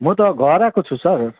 म त घर आएको छु सर